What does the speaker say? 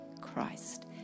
Christ